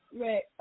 Right